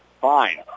Fine